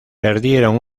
perdieron